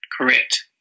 correct